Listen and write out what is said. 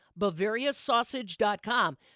BavariaSausage.com